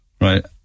Right